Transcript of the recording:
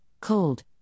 cold